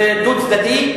זה דו-צדדי,